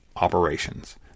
Operations